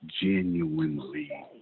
genuinely